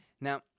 Now